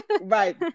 Right